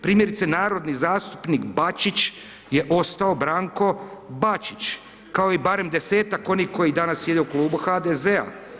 Primjerice, narodni zastupnik Bačić je ostao Branko Bačić, kao i barem 10-tak onih koji danas sjede u klubu HDZ-a.